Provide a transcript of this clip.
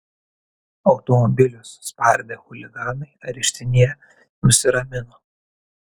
automobilius spardę chuliganai areštinėje nusiramino